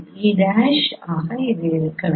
இது e' ஆக இருக்க வேண்டும்